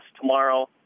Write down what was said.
tomorrow